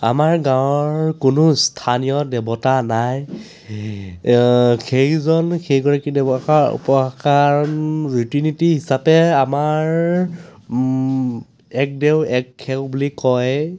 আমাৰ গাঁৱৰ কোনো স্থানীয় দেৱতা নাই সেইজন সেইগৰাকী দেৱতাৰ ৰীতি নীতি হিচাপে আমাৰ এক দেও এক সেও বুলি কয়